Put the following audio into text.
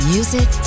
Music